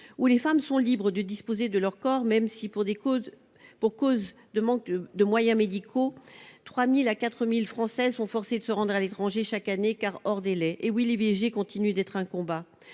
où les femmes sont libres de disposer de leur corps, même si, à cause d'un manque de moyens médicaux, 3 000 à 4 000 Françaises sont forcées de se rendre à l'étranger chaque année, car « hors délais ». Eh oui, l'IVG continue d'être un combat